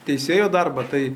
teisėjo darbą tai